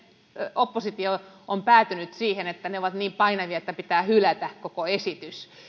oppositio on päätynyt siihen että ne ovat niin painavia että pitää hylätä koko esitys